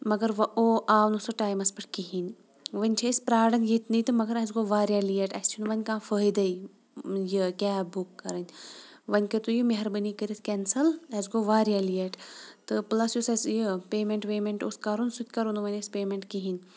مگر وَ او آو نہٕ سُہ ٹایمَس پٮ۪ٹھ کِہیٖنۍ وٕنۍ چھِ أسۍ پرٛاران ییٚتہِ نٕے تہٕ مگر اَسہِ گوٚو واریاہ لیٹ اَسہِ چھُنہٕ وۄنۍ کانٛہہ فٲیِدَے یہِ کیب بُک کَرٕنۍ وۄنۍ کٔرۍ تو یہِ مہربٲنی کٔرِتھ کینسٕل اَسہِ گوٚو واریاہ لیٹ تہٕ پٕلَس یُس اَسہِ یہِ پے مینٛٹ وے مینٛٹ اوس کَرُن سُہ تہِ کَرو نہٕ وۄنۍ أسۍ پے مینٛٹ کِہیٖنۍ